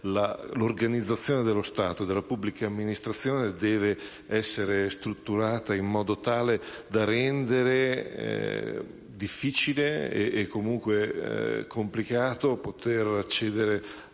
L'organizzazione dello Stato, della pubblica amministrazione deve essere strutturata in modo tale da rendere difficile, e comunque complicato, poter accedere